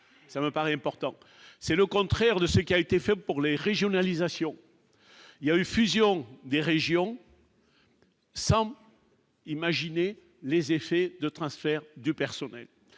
ça me paraît important, c'est le contraire de ce qui a été fait pour les régionalisation il y a une fusion des régions. Sans m'imaginer les effets de transfert du personnel